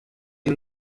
ihn